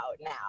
now